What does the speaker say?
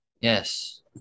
Yes